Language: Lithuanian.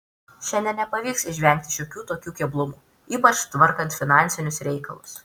šiandien nepavyks išvengti šiokių tokių keblumų ypač tvarkant finansinius reikalus